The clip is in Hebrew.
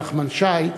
נחמן שי,